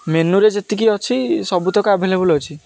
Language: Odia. ମେନୁରେ ଯେତିକି ଅଛି ସବୁ ତକ ଆଭେଲେବୁଲ ଅଛି